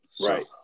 Right